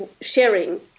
sharing